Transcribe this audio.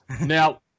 now